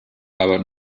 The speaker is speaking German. aber